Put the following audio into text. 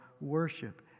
worship